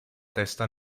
testa